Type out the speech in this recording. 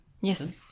Yes